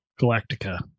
Galactica